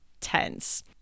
tense